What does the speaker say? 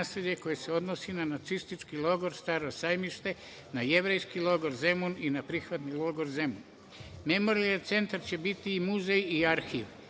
koje se odnosi na nacistički logor „Staro Sajmište“, na Jevrejski logor „Zemun“ i na prihvatni logor Zemun. Memorijalni centar će biti i muzej i arhiv,